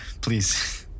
Please